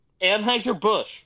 Anheuser-Busch